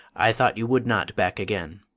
i thought you would not back again.